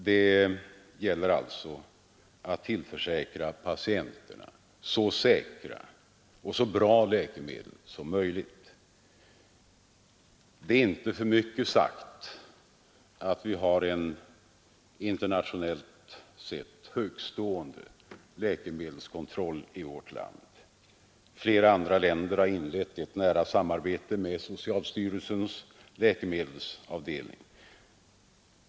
Det gäller alltså att tillförsäkra patienterna så säkra och bra läkemedel som möjligt. Det är inte för mycket sagt att vi har en internationellt sett högtstående läkemedelskontroll i vårt land. Flera andra länder har inlett ett nära samarbete med socialstyrelsens läkemedelsavdelning.